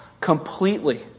Completely